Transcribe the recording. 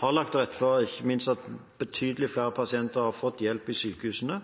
har lagt til rette ikke minst for at betydelig flere pasienter har fått hjelp i sykehusene.